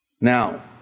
Now